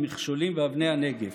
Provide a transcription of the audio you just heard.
המכשולים ואבני הנגף.